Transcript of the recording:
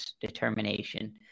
determination